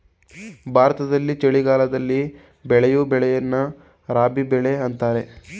ಭಾರತದಲ್ಲಿ ಚಳಿಗಾಲದಲ್ಲಿ ಬೆಳೆಯೂ ಬೆಳೆಯನ್ನು ರಾಬಿ ಬೆಳೆ ಅಂತರೆ